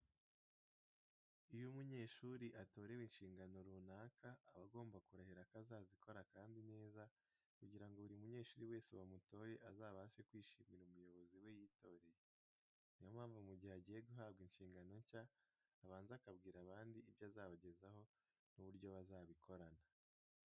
Iyo umunyeshuri atorewe inshingano runaka aba agomba kurahira ko azazikora kandi neza kugira ngo buri munyeshuri wese wamutoye azabashe kwishimira umuyobozi we yitoreye. Ni yo mpamvu mu gihe agiye guhabwa inshingano nshya abanza akabwira abandi ibyo azabagezaho n'uburyo bazakorana.